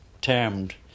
termed